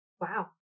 Wow